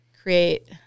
create